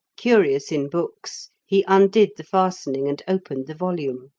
curious in books, he undid the fastening, and opened the volume.